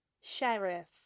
Sheriff